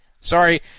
Sorry